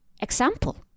example